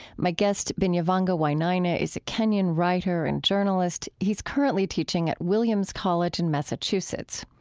my guest, binyavanga wainaina, is a kenyan writer and journalist. he's currently teaching at williams college in massachusetts.